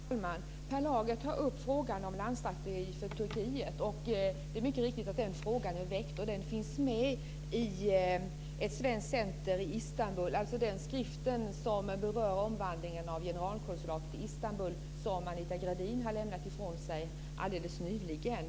Fru talman! Per Lager tar upp frågan om landstrategi för Turkiet. Det är mycket riktigt att den frågan är väckt. Frågan finns med i den skrift som berör omvandlingen av generalkonsulatet i Istanbul som Anita Gradin lämnade ifrån sig alldeles nyligen.